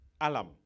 Alam